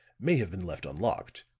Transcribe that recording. may have been left unlocked,